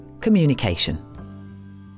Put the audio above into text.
communication